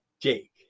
Jake